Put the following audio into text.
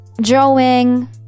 drawing